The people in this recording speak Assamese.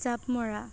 জাঁপ মৰা